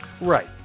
right